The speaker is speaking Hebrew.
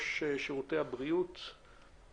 ראש שירותי הבריאות במשרד הבריאות.